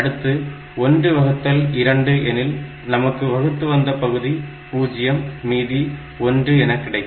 அடுத்து 1 வகுத்தல் 2 எனில் நமக்கு வகுத்து வந்த பகுதி 0 மற்றும் மீதி 1 என கிடைக்கும்